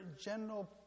general